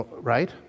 right